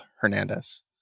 Hernandez